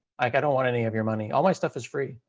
i don't want any of your money. all my stuff is free.